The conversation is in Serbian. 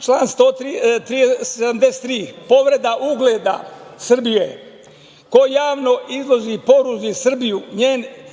član 73. – povreda ugleda Srbije. Ko javno izloži i poruži Srbiju,